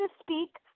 speak